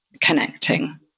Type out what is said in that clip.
connecting